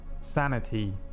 sanity